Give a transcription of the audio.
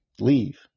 leave